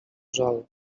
żal